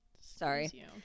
Sorry